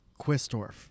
Quistorf